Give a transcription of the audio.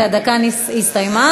כי הדקה הסתיימה.